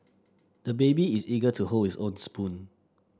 the baby is eager to hold his own spoon